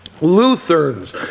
Lutherans